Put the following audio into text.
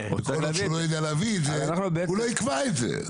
יכול להיות שהוא לא ידע להביא את זה אז הוא לא יקבע את זה.